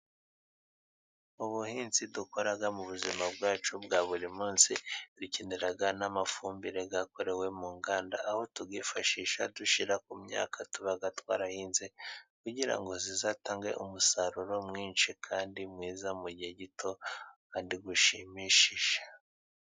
Ubuhinzi dukora mu buzima bwacu bwa buri munsi ducyenera n'amafumbire yakorewe mu nganda aho tuyifashisha dushyira ku myaka tuba twarahinze, kugirango izatange umusaruro mwinshi kandi mwiza mu gihe gito kandi ushimishije.